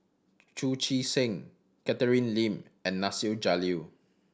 Chu Chee Seng Catherine Lim and Nasir Jalil